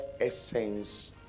essence